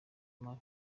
mabi